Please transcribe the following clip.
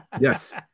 yes